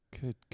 Good